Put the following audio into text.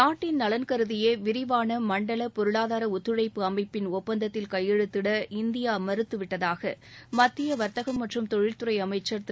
நாட்டின் நலன் கருதியே விரிவான மண்டல பொருளாதார ஒத்துழைப்பு அமைப்பின் ஒப்பந்தத்தில் கையெழுத்திட இந்தியா மறுத்துவிட்டதாக மத்திய வர்த்தகம் மற்றும் தொழில்துறை அமைச்சர் திரு